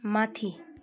माथि